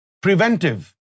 preventive